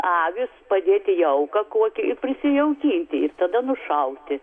avys padėti jauką kokį prisijaukinti ir tada nušauti